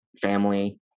family